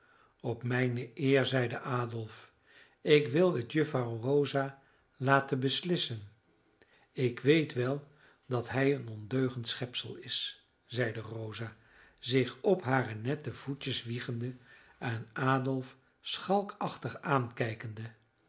op mijne eer zeide adolf ik wil het juffrouw rosa laten beslissen ik weet wel dat hij een ondeugend schepsel is zeide rosa zich op een harer nette voetjes wiegende en adolf schalkachtig aankijkende